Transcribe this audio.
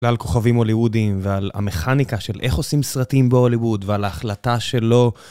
ועל כוכבים הוליוודיים ועל המכניקה של איך עושים סרטים בהוליווד ועל ההחלטה שלו.